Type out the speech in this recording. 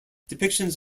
depictions